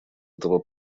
этого